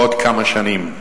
בעוד כמה שנים.